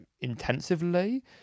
intensively